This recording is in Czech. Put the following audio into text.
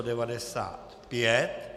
95.